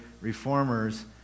reformers